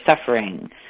suffering